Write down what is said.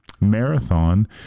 Marathon